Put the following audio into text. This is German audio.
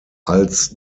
als